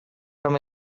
from